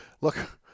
look